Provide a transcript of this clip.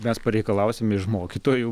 mes pareikalausime iš mokytojų